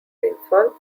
rainfall